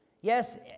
Yes